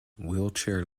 wheelchair